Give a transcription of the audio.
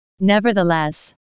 Nevertheless